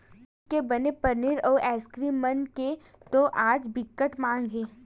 दूद के बने पनीर, अउ आइसकीरिम मन के तो आज बिकट माग हे